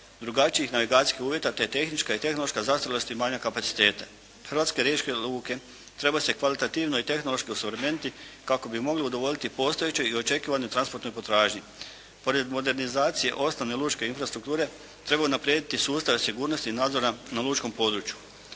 drugačijih navigacijskih uvjeta, te tehnička i tehnološka zastarjelost i manjak kapaciteta. Hrvatske riječke luke trebaju se kvalitativno i tehnološki osuvremeniti kako bi mogle udovoljiti postojećoj i očekivanoj transportnoj potražnji. Pored modernizacije osnovne lučke infrastrukture trebaju unaprijediti sustav sigurnosti nadzora na lučkom području.